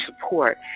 support